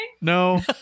No